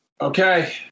Okay